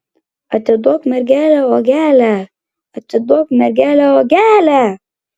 atiduok mergelę uogelę atiduok mergelę uogelę